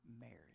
marriage